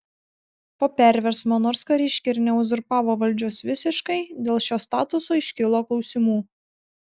po perversmo nors kariškiai ir neuzurpavo valdžios visiškai dėl šio statuso iškilo klausimų